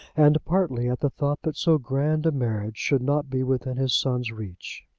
and partly at the thought that so grand a marriage should not be within his son's reach.